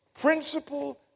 principle